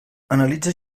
analitza